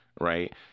right